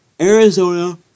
Arizona